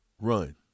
run